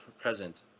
present